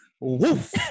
woof